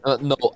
No